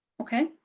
okay.